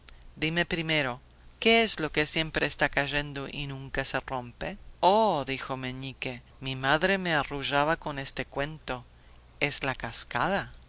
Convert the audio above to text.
dime primero qué es lo que siempre está cayendo y nunca se rompe oh dijo meñique mi madre me arrullaba con ese cuento es la cascada